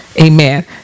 Amen